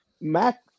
Mac